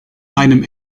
einem